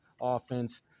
offense